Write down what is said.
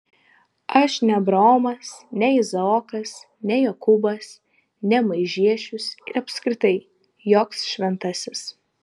aš ne abraomas ne izaokas ne jokūbas ne maižiešius ir apskritai joks šventasis